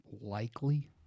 likely